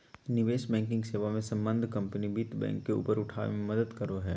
निवेश बैंकिंग सेवा मे सम्बद्ध कम्पनी वित्त बैंक के ऊपर उठाबे मे मदद करो हय